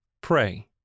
pray